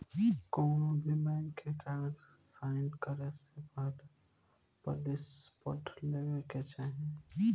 कौनोभी बैंक के कागज़ साइन करे से पहले पॉलिसी पढ़ लेवे के चाही